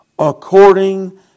according